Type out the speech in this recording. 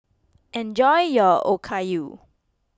enjoy your Okayu